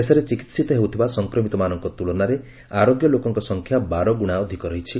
ଦେଶରେ ଚିକିିିତ ହେଉଥିବା ସଂକ୍ରମିତମାନଙ୍କ ତୁଳନାରେ ଆରୋଗ୍ୟ ଲୋକଙ୍କ ସଂଖ୍ୟା ବାରଗୁଣା ଅଧିକ ରହିଛି